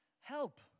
help